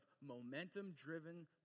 momentum-driven